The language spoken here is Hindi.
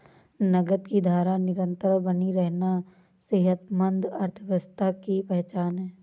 नकद की धारा निरंतर बनी रहना सेहतमंद अर्थव्यवस्था की पहचान है